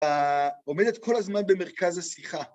עומדת כל הזמן במרכז השיחה.